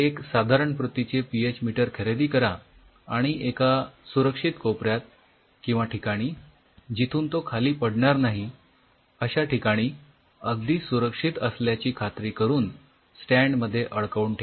एक साधारण प्रतीचे पी एच मीटर खरेदी करा आणि एका सुरक्षित कोपऱ्यात किंवा ठिकाणी जिथून तो खाली पडणार नाही अश्या ठिकाणी अगदी सुरक्षित असल्याची खात्री करून स्टॅन्ड मध्ये अडकवून ठेवा